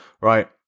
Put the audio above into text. right